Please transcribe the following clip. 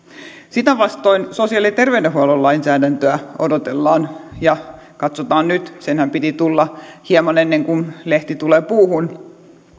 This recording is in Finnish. sitä vastoin sosiaali ja terveydenhuollon lainsäädäntöä odotellaan ja katsotaan nyt senhän piti tulla hieman ennen kuin lehti tulee puuhun